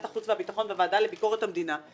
החוץ והביטחון והוועדה לביקורת המדינה,